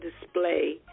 display